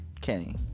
Kenny